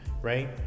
Right